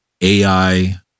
AI